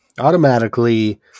automatically